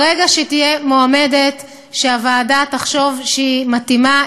ברגע שתהיה מועמדת שהוועדה תחשוב שהיא מתאימה,